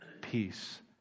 peace